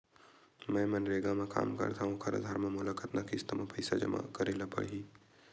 मैं मनरेगा म काम करथव, ओखर आधार म मोला कतना किस्त म पईसा जमा करे बर लगही?